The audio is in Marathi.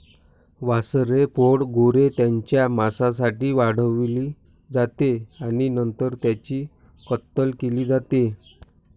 वासरे प्रौढ गुरे त्यांच्या मांसासाठी वाढवली जाते आणि नंतर त्यांची कत्तल केली जाते